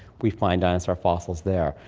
we find dinosaur fossils there.